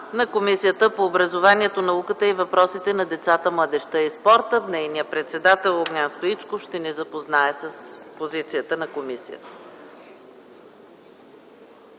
на Комисията по образованието, науката и въпросите на децата, младежта и спорта. Нейният председател Огнян Стоичков ще ни запознае с позицията на комисията.